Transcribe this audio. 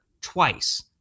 twice